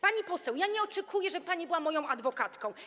Pani poseł, nie oczekuję, żeby pani była moją adwokatką.